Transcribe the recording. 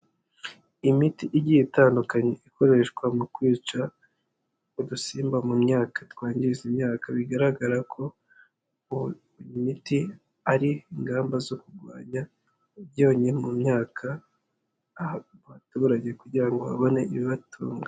Imiti igiye itandukanye ikoreshwa mu kwica udusimba mu myaka twangiza imyaka, bigaragara ko miti ari ingamba zo kurwanya byonyi mu myaka , abaturage kugira ngo babone ibibatunga.